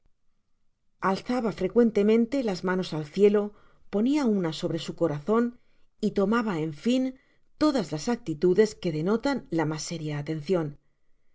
alzaba frecuentemente las manos al cielo ponia una sobre su corazon y tomaba en fln todas las actitudes que denotan la mas seria atencion